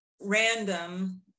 random